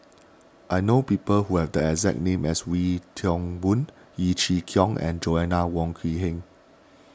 I know people who have the exact name as Wee Toon Boon Yeo Chee Kiong and Joanna Wong Quee Heng